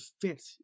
fit